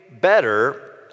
better